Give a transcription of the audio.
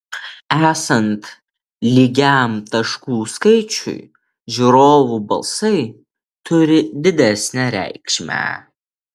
esant lygiam taškų skaičiui žiūrovų balsai turi didesnę reikšmę